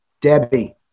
Debbie